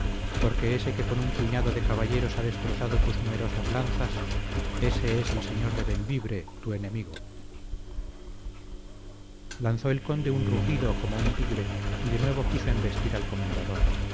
porque ese que con un puñado de caballeros ha destrozado tus numerosas lanzas ese es el señor de bembibre tu enemigo lanzó el conde un rugido como un tigre y de nuevo quiso embestir al comendador